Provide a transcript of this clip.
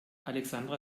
alexandra